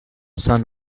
sun